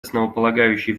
основополагающий